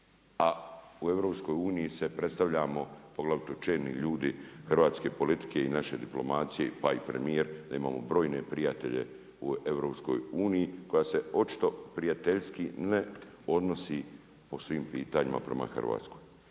a u EU se predstavljamo, poglavito čelni ljudi hrvatske politike i naše diplomacije pa i premijer, da imamo brojne prijatelje u EU koja se očito prijateljski ne odnosi po svim pitanjima prema Hrvatskoj.